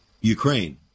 Ukraine